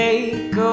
Take